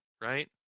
right